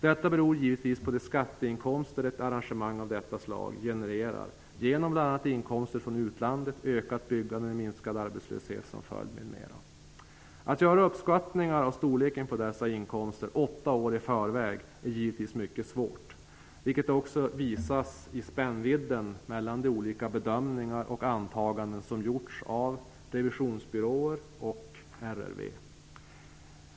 Detta beror givetvis på de skatteinkomster ett arrangemang av detta slag genererar genom inkomster från utlandet, ökat byggande med minskad arbetslöshet som följd m.m. Att göra uppskattningar av storleken på dessa inkomster åtta år i förväg är naturligtvis mycket svårt, vilket också framgår av spännvidden mellan de olika bedömningar och antaganden som gjorts av revisionsbyråer och RRV.